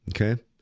Okay